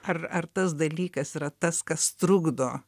ar ar tas dalykas yra tas kas trukdo